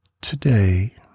Today